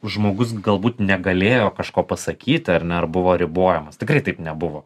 žmogus galbūt negalėjo kažko pasakyti ar ne ar buvo ribojamas tikrai taip nebuvo